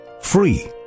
free